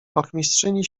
ochmistrzyni